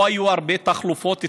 לא היו הרבה תחלופות אצלי: